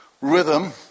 Rhythm